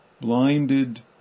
Blinded